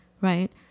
right